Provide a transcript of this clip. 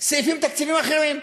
סעיפים תקציביים אחרים,